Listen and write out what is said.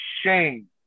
shame